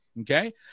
Okay